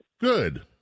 Good